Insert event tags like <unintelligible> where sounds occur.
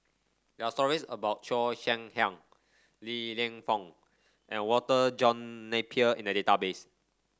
there are stories about Cheo <unintelligible> Hiang Li Lienfung and Walter John Napier in the database